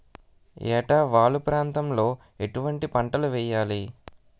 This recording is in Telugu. ఏటా వాలు ప్రాంతం లో ఎటువంటి పంటలు వేయాలి?